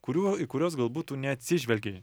kurių į kuriuos galbūt tu neatsižvelgei